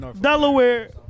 Delaware